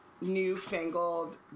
newfangled